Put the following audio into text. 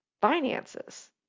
finances